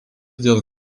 dėl